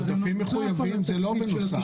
עודפים מחויבים זה לא בנוסף.